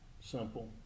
simple